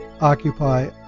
occupy